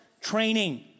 training